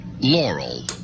Laurel